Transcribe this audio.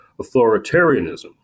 authoritarianism